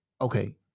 Okay